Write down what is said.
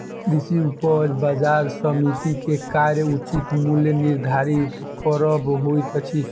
कृषि उपज बजार समिति के कार्य उचित मूल्य निर्धारित करब होइत अछि